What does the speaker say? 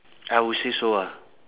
I will say so ah